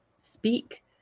speak